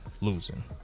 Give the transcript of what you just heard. losing